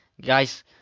guys